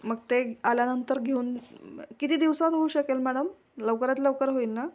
मग ते आल्यानंतर घेऊन किती दिवसात होऊ शकेल मॅडम लवकरात लवकर होईल ना